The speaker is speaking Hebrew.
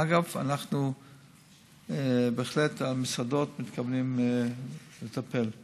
אגב, אנחנו בהחלט מתכוונים לטפל במסעדות,